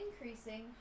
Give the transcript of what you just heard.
increasing